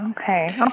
Okay